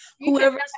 whoever